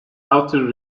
outer